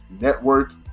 network